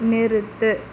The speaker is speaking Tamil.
நிறுத்து